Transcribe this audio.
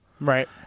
Right